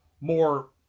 more